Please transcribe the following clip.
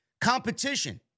competition